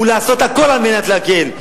היא לעשות הכול כדי להקל.